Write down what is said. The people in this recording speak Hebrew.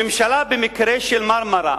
הממשלה במקרה של "מרמרה"